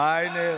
בריינר.